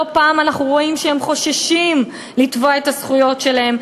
לא פעם אנחנו רואים שהם חוששים לתבוע את הזכויות שלהם,